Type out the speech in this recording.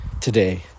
today